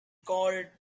called